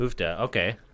okay